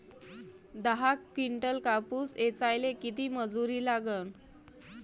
दहा किंटल कापूस ऐचायले किती मजूरी लागन?